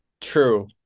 true